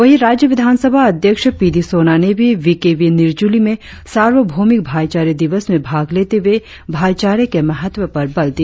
वहीं राज्य विधानसभा अध्यक्ष पी डी सोना ने भी वी के वी निरजुली में सार्वभौमिक भाइचारे दिवस में भाग लेते हुए भाईचारे के महत्व पर बल दिया